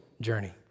journey